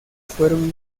fueron